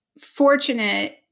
fortunate